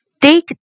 Dig